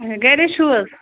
گَری چھُو حظ